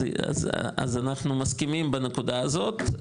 אז אנחנו מסכימים בנקודה הזאת,